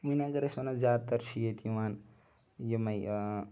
وۄنۍ اگر أسۍ وَنَو زیادٕ تَر چھُ ییٚتہٕ یِوان یِماے